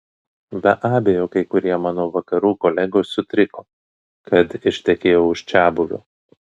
be abejo kai kurie mano vakarų kolegos sutriko kad ištekėjau už čiabuvio